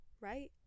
right